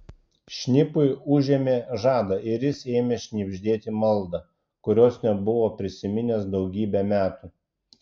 šnipui užėmė žadą ir jis ėmė šnibždėti maldą kurios nebuvo prisiminęs daugybę metų